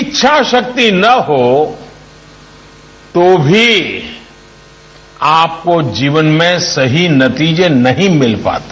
इच्छाशक्ति न हो तो भी आपको जीवन में सही नतीजे नहीं मिल पाते